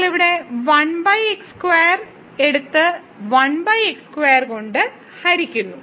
നമ്മൾ അവിടെ 1x2 എടുത്ത് 1x2 കൊണ്ട് ഹരിക്കുന്നു